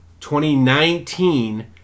2019